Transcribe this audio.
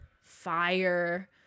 fire